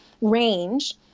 range